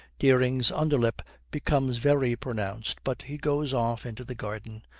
dering's underlip becomes very pronounced, but he goes off into the garden.